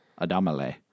Adamale